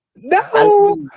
No